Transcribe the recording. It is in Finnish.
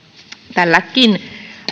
tälläkin